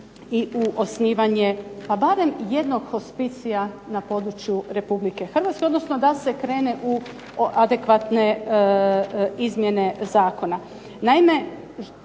i u osnivanje pa barem jednog hospicija na području Republike Hrvatske, odnosno da se krene u adekvatne izmjene zakona.